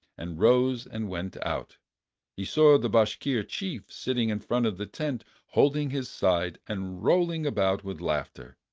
and rose and went out he saw the bashkir chief sitting in front of the tent holding his side and rolling about with laughter.